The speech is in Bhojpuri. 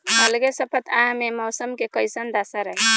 अलगे सपतआह में मौसम के कइसन दशा रही?